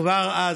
כבר אז,